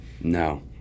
No